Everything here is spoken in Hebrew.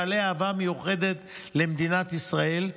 בעלי אהבה מיוחדת למדינת ישראל,